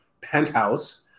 penthouse